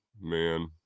man